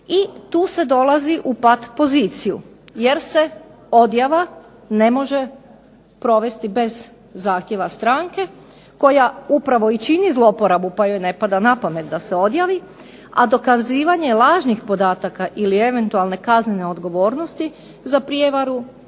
I tu se dolazi u pat poziciju, jer se odjava ne može provesti bez zahtjeva stranke koja upravo i čini zloporabu pa joj ne pada na pamet da se odjavi, a dokazivanje lažnih podataka ili eventualne kaznene odgovornosti za prijevaru